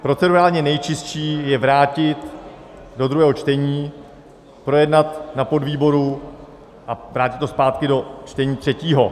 Procedurálně nejčistší je vrátit do druhého čtení, projednat na podvýboru a vrátit zpátky do čtení třetího.